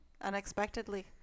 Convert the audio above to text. Unexpectedly